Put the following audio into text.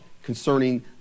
concerning